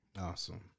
Awesome